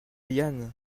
yann